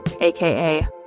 AKA